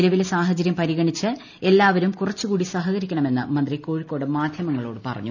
നിലവിലെ സാഹചര്യം പരിഗണിച്ച് എല്ലാവരും കുറച്ച് കൂടി സഹകരിക്കണമെന്ന് മന്ത്രി കോഴിക്കോട് മാധ്യമങ്ങളോട് പറഞ്ഞു